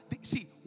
See